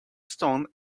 stone